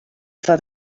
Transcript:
for